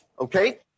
Okay